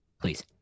please